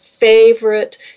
favorite